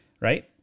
right